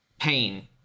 pain